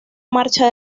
marcha